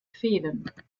fehlen